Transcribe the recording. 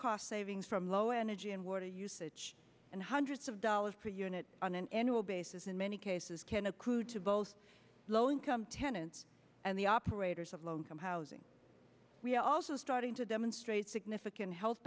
cost savings from low energy and water usage and hundreds of dollars per unit on an annual basis in many cases can accrue to both low income tenants and the operators of low income housing we're also starting to demonstrate significant health